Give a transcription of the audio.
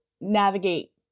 navigate